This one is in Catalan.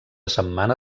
setmana